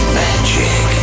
magic